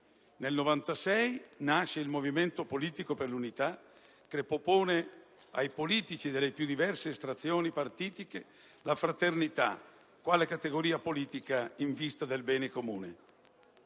nel 1996 nasce il Movimento politico per l'unità, che propone ai politici delle più diverse estrazioni partitiche la fraternità quale categoria politica in vista del bene comune.